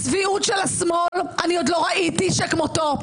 הצביעות של השמאל עוד לא ראיתי שכמותו.